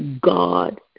God